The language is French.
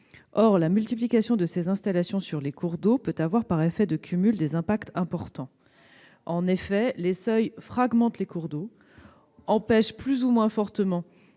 Or la multiplication de ces installations sur les cours d'eau peut avoir, par effet de cumul, des incidences importantes. Ah ? En effet, les seuils fragmentent les cours d'eau, empêchant plus ou moins fortement